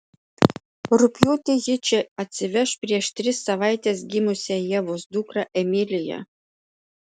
rugpjūtį ji čia atsiveš prieš tris savaites gimusią ievos dukrą emiliją